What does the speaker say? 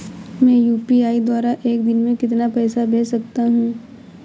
मैं यू.पी.आई द्वारा एक दिन में कितना पैसा भेज सकता हूँ?